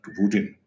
Putin